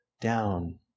down